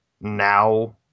now